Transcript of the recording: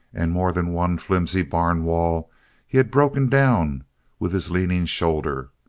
and more than one flimsy barn wall he had broken down with his leaning shoulder,